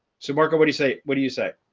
so mark, what do you say? what do you say?